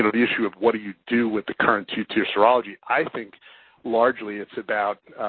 you know the issue of what do you do with the current two-tier serology. i think largely, it's about,